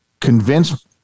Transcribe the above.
convince